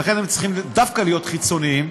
לכן הם צריכים דווקא להיות חיצוניים,